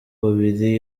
babiri